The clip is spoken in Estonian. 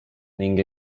ning